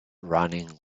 running